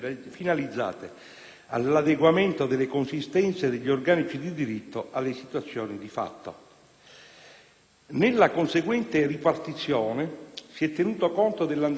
all'adeguamento delle consistenze degli organici di diritto alle situazioni di fatto. Nella conseguente ripartizione si è tenuto conto dell'andamento delle iscrizioni,